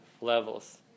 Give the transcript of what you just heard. levels